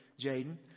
Jaden